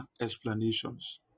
explanations